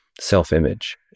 self-image